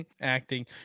acting